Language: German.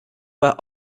war